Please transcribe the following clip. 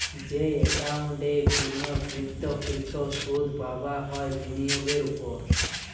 যেই একাউন্ট এ পূর্ণ্যাবৃত্তকৃত সুধ পাবা হয় বিনিয়োগের ওপর